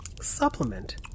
supplement